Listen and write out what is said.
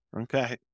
okay